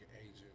agent